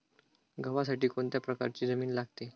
गव्हासाठी कोणत्या प्रकारची जमीन लागते?